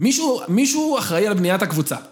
מישהו.. מישהו אחראי על בניית הקבוצה